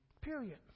Period